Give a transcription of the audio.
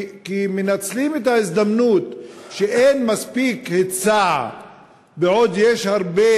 כי מנצלים את ההזדמנות שאין מספיק היצע בעוד יש הרבה